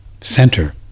center